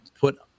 put